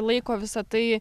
laiko visa tai